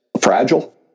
fragile